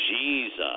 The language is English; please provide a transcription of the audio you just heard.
Jesus